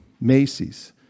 Macy's